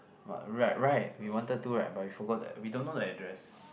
!wah! right right we wanted to right but we forgot the we don't know the address